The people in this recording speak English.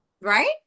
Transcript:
right